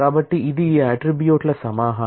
కాబట్టి ఇది ఈ అట్ట్రిబ్యూట్ ల సమాహారం